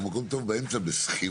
אנחנו במקום טוב באמצע בשכירות.